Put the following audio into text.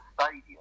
stadium